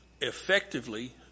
effectively